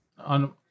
On